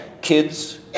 kids